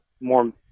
more